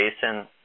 jason